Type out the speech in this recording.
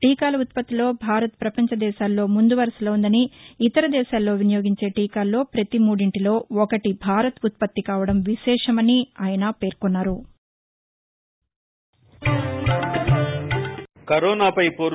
టీకాల ఉత్పత్తిలో భారత్ ప్రపంచ దేశాల్లో ముందు వరుసలో ఉందనీ ఇతర దేశాల్లో వినియోగించే టీకాల్లో పతి మూడింటిలో ఒకటి భారత్ ఉత్పత్తి కావడం విశేషమని ఆయన పేర్కొన్నారు